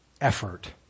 effort